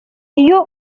iyo